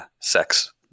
sex